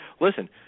listen –